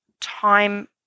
time